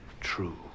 True